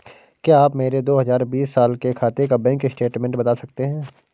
क्या आप मेरे दो हजार बीस साल के खाते का बैंक स्टेटमेंट बता सकते हैं?